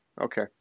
Okay